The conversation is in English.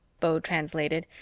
beau translated,